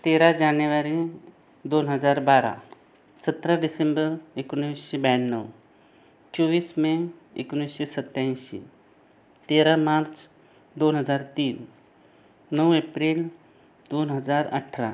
तेरा जानेवारी दोन हजार बारा सतरा डिसेंबअ एकोणवीसशे ब्याण्णव चोवीस मे एकोणवीसशे सत्त्याऐंशी तेरा मार्च दोन हजार तीन नऊ एप्रिल दोन हजार अठरा